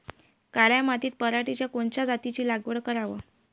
काळ्या मातीत पराटीच्या कोनच्या जातीची लागवड कराव?